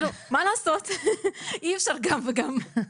מה לעשות אי אפשר גם וגם.